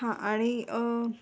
हा आणि